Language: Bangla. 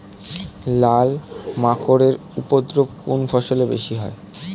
লাল মাকড় এর উপদ্রব কোন ফসলে বেশি হয়?